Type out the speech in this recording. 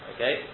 Okay